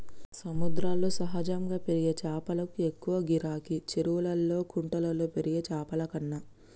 సముద్రాల్లో సహజంగా పెరిగే చాపలకు ఎక్కువ గిరాకీ, చెరువుల్లా కుంటల్లో పెరిగే చాపలకన్నా